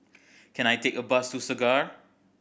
can I take a bus to Segar